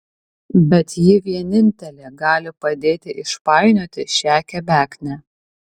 bet ji vienintelė gali padėti išpainioti šią kebeknę